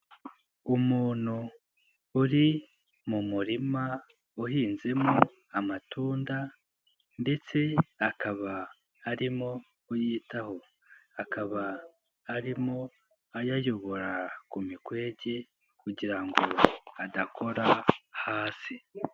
Umuntu uri mu murima uhinzemo amatunda ndetse akaba arimo kuyitaho, akaba arimo ayayobora ku mikwege kugira ngo adakora hasi.